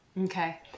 Okay